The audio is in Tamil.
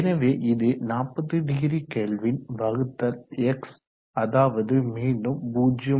எனவே இது 400 கெல்வின் வகுத்தல் X அதாவது மீண்டும் 0